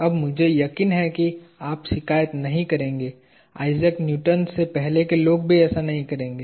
अब मुझे यकीन है कि आप शिकायत नहीं करेंगे आइजैक न्यूटन से पहले के लोग भी ऐसा नहीं करेंगे